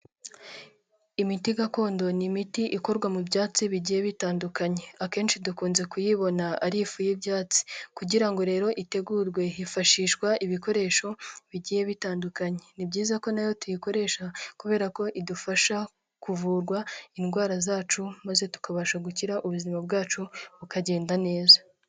Imiti gakondo ni imiti ikorwa mu byatsi bigiye bitandukanye. Akenshi dukunze kuyibona ari ifu y'ibyatsi. Kugira ngo rero itegurwe hifashishwa ibikoresho bigiye bitandukanye, ni byiza ko nayo tuyikoresha kubera ko idufasha kuvurwa indwara zacu maze tukabasha gukira ubuzima bwacu bukagenda neza.